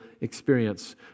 experience